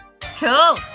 Cool